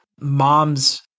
mom's